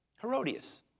Herodias